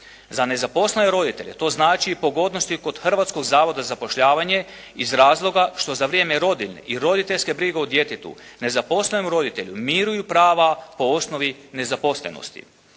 Za nezaposlene roditelje to znači i pogodnosti kod Hrvatskoga zavoda za zapošljavanje iz razloga što za vrijeme rodiljne i roditeljske brige o djetetu nezaposlenom roditelju miruju prava po osnovi nezaposlenosti.